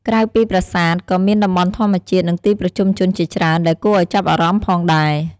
ក្រៅពីប្រាសាទ ក៏មានតំបន់ធម្មជាតិ និងទីប្រជុំជនជាច្រើនដែលគួរឲ្យចាប់អារម្មណ៍ផងដែរ។